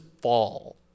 fall